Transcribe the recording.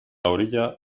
orilla